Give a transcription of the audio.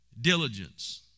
Diligence